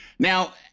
Now